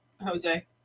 Jose